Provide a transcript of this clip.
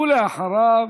ואחריו,